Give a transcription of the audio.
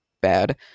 bad